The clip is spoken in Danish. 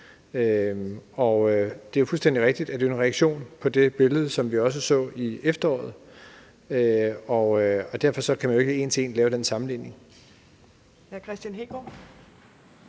Det er jo fuldstændig rigtigt, at det også er en reaktion på det billede, som vi så i efteråret, og derfor kan man ikke en til en lave den sammenligning.